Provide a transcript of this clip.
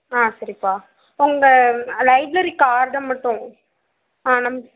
ஆ சரிப்பா உங்கள் லைப்ரரி கார்டை மட்டும் ஆ நம்